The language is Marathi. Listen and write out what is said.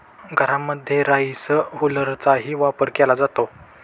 घरांमध्ये राईस हुलरचाही वापर केला जातो